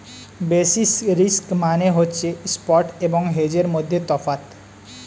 basis risk মানে হচ্ছে spot এবং হেজের মধ্যে তফাৎ